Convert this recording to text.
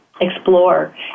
explore